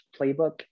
playbook